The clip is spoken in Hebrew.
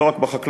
לא רק בחקלאות,